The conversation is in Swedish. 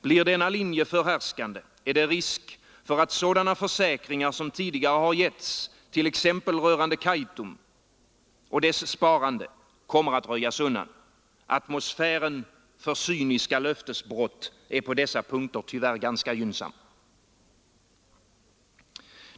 Blir denna linje förhärskande är det risk för att sådana försäkringar som tidigare getts t.ex. rörande Kaitum och dess sparande kommer att röjas undan. Atmosfären för cyniska löftesbrott är på dessa punkter tyvärr ganska gynnsam.